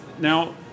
Now